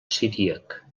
siríac